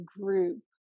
group